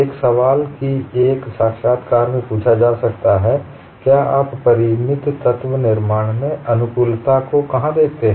एक सवाल कि एक साक्षात्कार में पूछा जा सकता है कि क्या आप परिमित तत्व निर्माण में अनुकूलता कहाँ देखते हैं